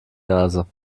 nase